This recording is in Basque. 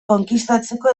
konkistatzeko